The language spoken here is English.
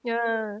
ya